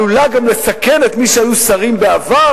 עלולה גם לסכן את מי שהיו שרים בעבר,